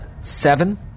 Seven